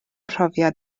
profiad